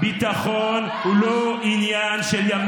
לא אחסוך גם בלתאר את חוסר האחריות של חבריי,